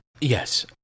yes